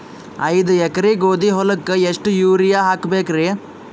ಐದ ಎಕರಿ ಗೋಧಿ ಹೊಲಕ್ಕ ಎಷ್ಟ ಯೂರಿಯಹಾಕಬೆಕ್ರಿ?